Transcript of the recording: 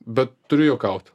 bet turiu juokaut